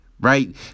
right